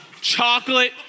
Chocolate